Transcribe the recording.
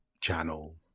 channel